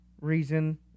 reason